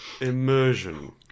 Immersion